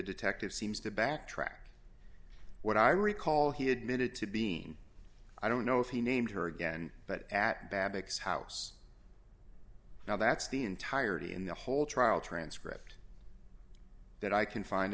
detective seems to backtrack what i recall he admitted to being i don't know if he named her again but at babbitt's house now that's the entirety in the whole trial transcript that i can find